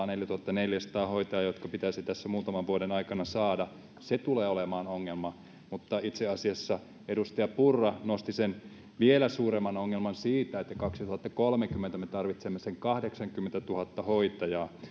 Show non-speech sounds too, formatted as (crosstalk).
(unintelligible) neljätuhattaneljäsataa hoitajaa jotka pitäisi tässä muutaman vuoden aikana saada se tulee olemaan ongelma mutta itse asiassa edustaja purra nosti sen vielä suuremman ongelman siitä että vuonna kaksituhattakolmekymmentä me tarvitsemme sen kahdeksankymmentätuhatta hoitajaa